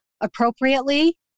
appropriately